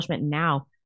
now